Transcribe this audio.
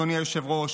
אדוני היושב-ראש,